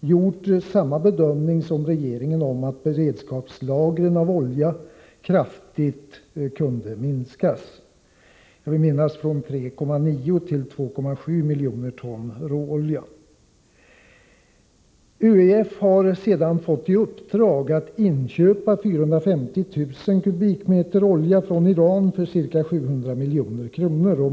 gjort samma bedömning som regeringen om att beredskapslagren av olja kraftigt kunde minskas, jag vill minnas från 3,9 till 2,7 miljoner ton råolja. ÖEF har sedan fått i uppdrag att inköpa 450 000 m? olja från Iran för ca 700 milj.kr.